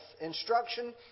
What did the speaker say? instruction